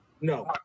No